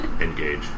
Engage